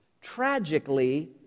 Tragically